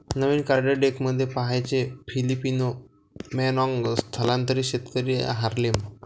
नवीन card डेकमध्ये फाहानचे Filipino मानॉन्ग स्थलांतरित शेतकरी हार्लेम